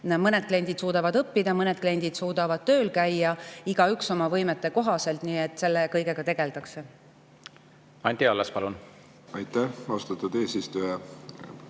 Mõned kliendid suudavad õppida, mõned kliendid suudavad tööl käia – igaüks oma võimete kohaselt. Nii et selle kõigega tegeldakse.